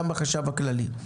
גם בחשב הכללי.